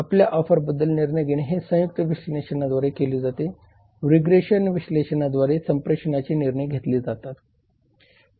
आपल्या ऑफरबद्दल निर्णय घेणे हे संयुक्त विश्लेषणाद्वारे केले जाते रिग्रेशन विश्लेषणाद्वारे संप्रेषणाचे निर्णय घेतले जाते